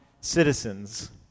citizens